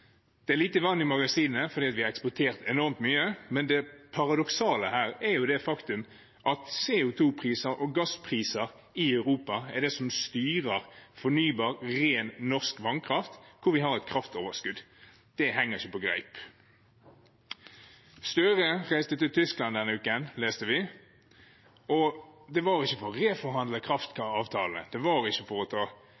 Det er lite vann i magasinene fordi vi har eksport enormt mye. Men det paradoksale her er det faktum at CO 2 -priser og gasspriser i Europa er det som styrer fornybar ren norsk vannkraft, hvor vi har et kraftoverskudd. Det henger ikke på greip. Jonas Gahr Støre reiste til Tyskland denne uken, leste vi. Det var ikke for å reforhandle